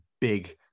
big